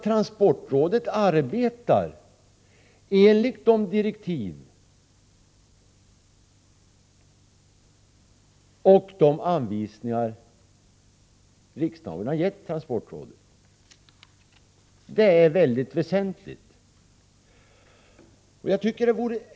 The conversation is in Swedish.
Transportrådet arbetar i enlighet med de direktiv och anvisningar som riksdagen har givit transportrådet. Det är väsentligt.